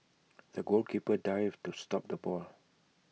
the goalkeeper dived to stop the ball